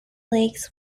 lakes